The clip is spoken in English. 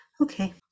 okay